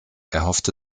erhoffte